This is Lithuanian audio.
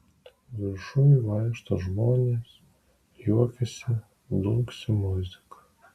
viršuj vaikšto žmonės juokiasi dunksi muzika